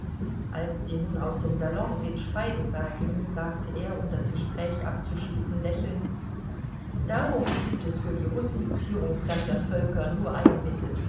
als sie nun aus dem salon in den speisesaal gingen sagte er um das gespräch abzuschließen lächelnd darum gibt es für die russifizierung fremder völker nur ein mittel